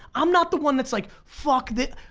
i'm not the one that's like fuck this.